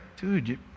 dude